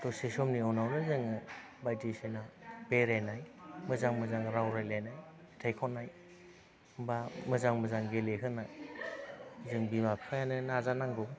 दसे समनि उनावनो जोङो बायदिसिना बेरायनाय मोजां मोजां राव रायज्लायनाय मेथाइ खननाय बा मोजां मोजां गेलेहोनाय जों बिमा बिफायानो नाजानांगौ